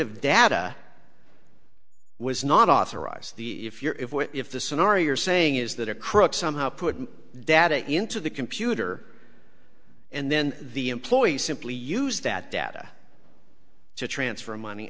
of data was not authorized the if you're if what if the sonar you're saying is that a crook somehow put data into the computer and then the employees simply use that data to transfer money